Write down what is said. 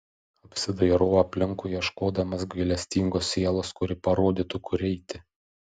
apsidairau aplinkui ieškodamas gailestingos sielos kuri parodytų kur eiti